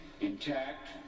intact